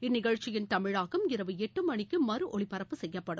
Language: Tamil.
இந்நிகழ்ச்சியின் தமிழாக்கம் இரவு எட்டு மணிக்கு மறு ஒலிபரப்பு செய்யப்படும்